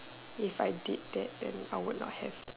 if I did that then I would not have